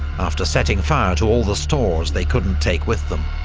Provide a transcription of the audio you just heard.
after setting fire to all the stores they couldn't take with them.